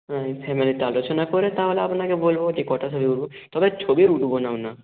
হ্যাঁ ফ্যামিলিতে আলোচনা করে তাহলে আপনাকে বলব যে কটা ছবি উঠব তবে ছবি উঠব নাও না